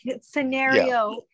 scenario